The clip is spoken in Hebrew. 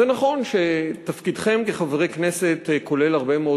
זה נכון שתפקידכם כחברי כנסת כולל הרבה מאוד